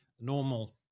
normal